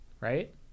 right